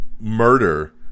Murder